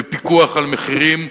בפיקוח על מחירים,